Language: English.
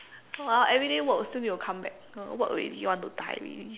everyday work still need to come back work already want to die already